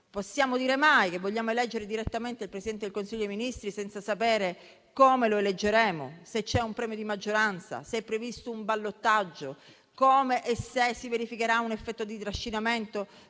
Possiamo dire mai che vogliamo eleggere direttamente il Presidente del Consiglio dei ministri senza sapere come lo eleggeremo? Se c'è un premio di maggioranza? Se è previsto un ballottaggio? Come e se si verificherà un effetto di trascinamento